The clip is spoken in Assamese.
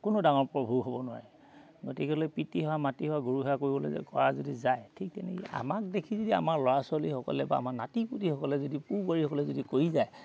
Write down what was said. কোনো ডাঙৰ প্ৰভূ হ'ব নোৱাৰে গতিকেলৈ পিতৃ সেৱা মাতৃ সেৱা গৰু সেৱা কৰিবলৈ কৰা যদি যায় ঠিক তেনেকৈ আমাক দেখি যদি আমাৰ ল'ৰা ছোৱালীসকলে বা আমাৰ নাতিপুতিসকলে যদি পুবাৰীসকলে যদি কৰি যায়